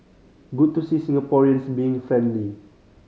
good to see Singaporeans being friendly